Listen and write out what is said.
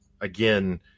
again